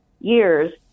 years